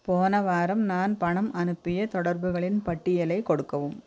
போன வாரம் நான் பணம் அனுப்பிய தொடர்புகளின் பட்டியலைக் கொடுக்கவும்